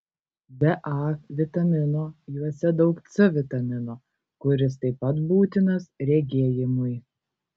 be a vitamino juose daug c vitamino kuris taip pat būtinas regėjimui